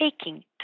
taking